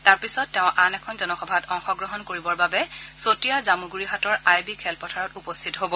তাৰ পাছত তেওঁ আন এখন জনসভাত অংশগ্ৰহণ কৰিবলৈ চতিয়া জামগুৰিহাটৰ আই বি খেলপথাৰত উপস্থিত হ'ব